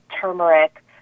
turmeric